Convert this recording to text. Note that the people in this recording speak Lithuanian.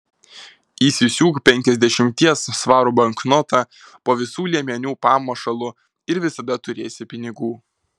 įsisiūk penkiasdešimties svarų banknotą po visų liemenių pamušalu ir visada turėsi pinigų